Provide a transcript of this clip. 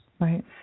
Right